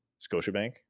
Scotiabank